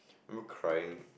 I'm crying